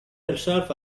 herself